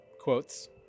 quotes